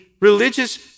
religious